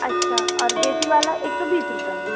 अच्छा और देशी वाला एक सौ बीस रुपए में